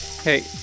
Hey